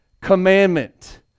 commandment